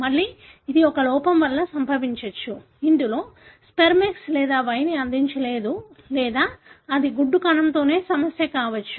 మళ్లీ ఇది ఒక లోపం వల్ల సంభవించవచ్చు ఇందులో స్పెర్మ్ X లేదా Y ని అందించలేదు లేదా అది గుడ్డు కణంతోనే సమస్య కావచ్చు